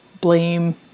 blame